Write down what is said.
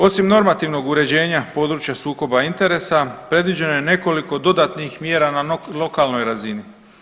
Osim normativnog uređenja područja sukoba interesa, predviđeno je nekoliko dodatnih mjera na lokalnoj razini.